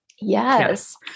Yes